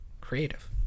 creative